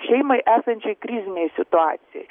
šeimai esančiai krizinėj situacijoj